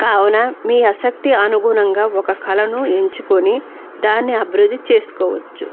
కావున మీ ఆసక్తి అనుగుణంగా ఒక కళను ఎంచుకొని దాన్ని అభివృద్ధి చేసుకోవచ్చు